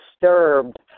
disturbed